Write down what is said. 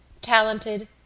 talented